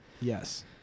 Yes